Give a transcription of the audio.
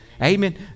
Amen